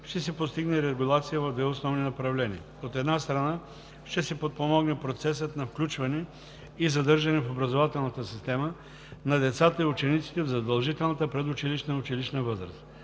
ще се постигне регулация в две основни направления. От една страна, ще се подпомогне процесът на включване и задържане в образователната система на децата и учениците в задължителна предучилищна и училищна възраст.